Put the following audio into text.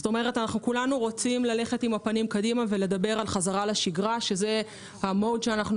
כולנו רוצים ללכת קדימה ולדבר על חזרה לשגרה שזה המוד שאנחנו